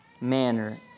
manner